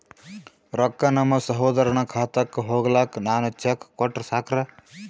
ರೊಕ್ಕ ನಮ್ಮಸಹೋದರನ ಖಾತಕ್ಕ ಹೋಗ್ಲಾಕ್ಕ ನಾನು ಚೆಕ್ ಕೊಟ್ರ ಸಾಕ್ರ?